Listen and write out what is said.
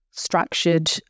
structured